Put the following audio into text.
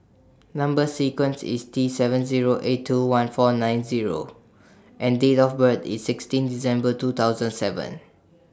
Number sequence IS T seven Zero eight two one four nine Zero and Date of birth IS sixteen December two thousand seven